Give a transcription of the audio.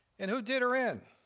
and who did her in?